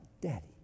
Daddy